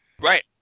Right